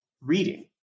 reading